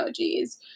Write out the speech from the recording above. emojis